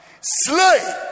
slay